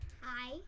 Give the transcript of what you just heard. Hi